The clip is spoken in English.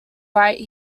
right